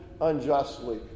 unjustly